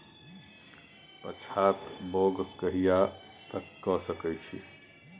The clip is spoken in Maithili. पछात बौग कहिया तक के सकै छी?